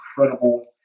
incredible